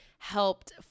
helped